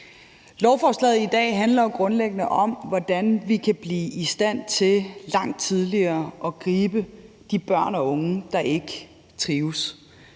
Lovforslaget i dag handler jo grundlæggende om, hvordan vi kan blive i stand til langt tidligere at gribe de børn og unge, der ikke trives,